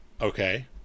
Okay